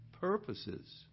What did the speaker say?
purposes